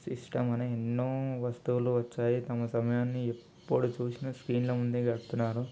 system అని ఎన్నో వస్తువులు వచ్చాయి తమ సమయాన్ని ఎప్పుడు చూసినా స్క్రీన్ల ముందే గడుపుతున్నారు